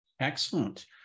Excellent